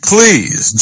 Please